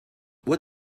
what